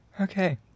Okay